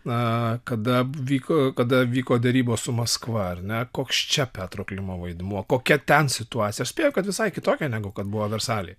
na kada vyko kada vyko derybos su maskva ar ne koks čia petro klimo vaidmuo kokia ten situacija aš spėju kad visai kitokia negu kad buvo versaly